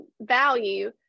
value